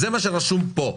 זה מה שכתוב פה.